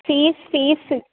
fees fees